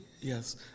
Yes